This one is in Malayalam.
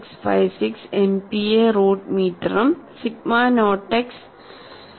656 എംപിഎ റൂട്ട് മീറ്ററും സിഗ്മ നോട്ട് എക്സ് 2